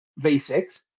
V6